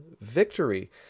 victory